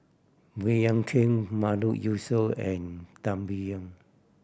Baey Yam Keng Mahmood Yusof and Tan Biyun